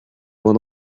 point